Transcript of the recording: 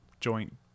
joint